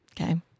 Okay